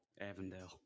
Avondale